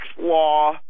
law